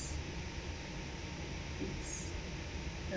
it's like